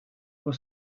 pour